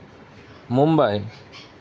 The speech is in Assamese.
মুম্বাই